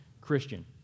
Christian